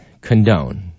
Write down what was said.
condone